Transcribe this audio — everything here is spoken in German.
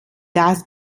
das